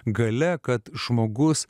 galia kad žmogus